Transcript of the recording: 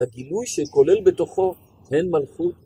הגילוי שכולל בתוכו הן מלכות.